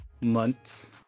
months